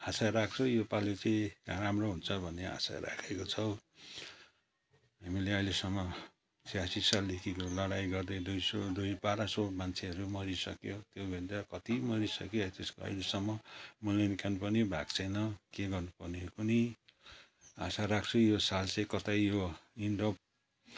आशा राख्छु योपालि चाहिँ राम्रो हुन्छ भन्ने आशा राखेको छौँ हामीले अहिलेसम्म छ्यासी सालदेखिको लडाइँ गरी दुई सौ दुई बाह्र सौ मान्छेहरू मरिसक्यो कति मरिसक्यो अहिलेसम्म मूल्याङ्कन पनि भएको छैन के गर्नुपर्ने हो कुनि आशा राख्छु यो साल चाहिँ कतै यो